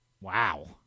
Wow